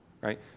right